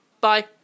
Bye